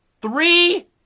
Three